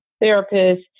therapist